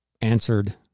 answered